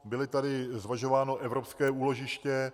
Bylo tady zvažováno evropské úložiště.